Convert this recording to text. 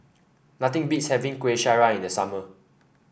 nothing beats having Kueh Syara in the summer